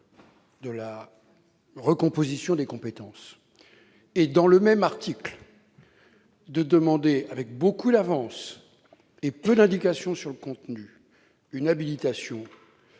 de la recomposition des compétences et, dans le même article, demander, avec beaucoup d'avance et peu d'indications sur le contenu, une habilitation